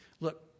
Look